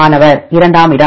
மாணவர் இரண்டாம் இடம்